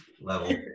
level